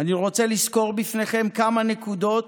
אני רוצה לסקור בפניכם כמה נקודות,